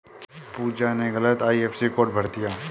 पूजा ने गलत IFSC code भर दिया